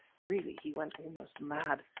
really he went almost mad.